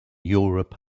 europe